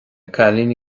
cailíní